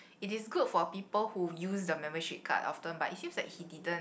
it is good for people who use the membership card often but it seems that he didn't